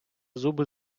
зуби